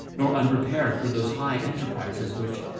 nor unprepared for those high enterprises which,